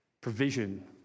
provision